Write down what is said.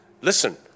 Listen